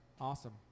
awesome